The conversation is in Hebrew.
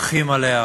מברכים עליה.